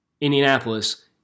Indianapolis